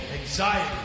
anxiety